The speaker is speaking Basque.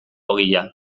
ogia